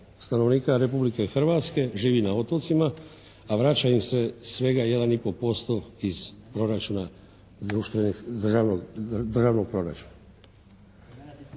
stanovnika Republike Hrvatske živi na otocima, a vraća im se svega 1 i pol posto iz proračuna,